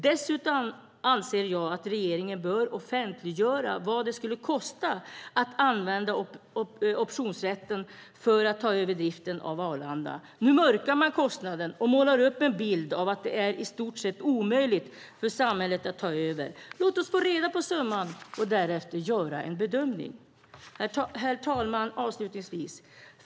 Dessutom anser jag att regeringen bör offentliggöra vad det skulle kosta att använda optionsrätten för att ta över driften av Arlanda. Nu mörkar man kostnaden och målar upp en bild av att det är i stort sett omöjligt för samhället att ta över. Låt oss få reda på summan och därefter göra en bedömning.